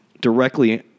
directly